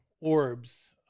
orbs